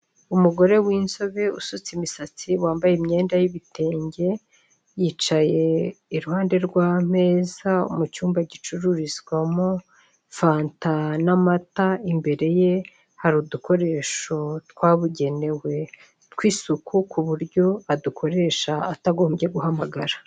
Umugore w'inzobe usutse imisatsi wambaye imyenda y'ibitenge yicaye iruhande rw'ameza mu cyumba gicururizwamo fanta n'amata imbere ye hari udukoresho twabugenewe tw'isuku ku buryo adukoresha atagombye guhamagara.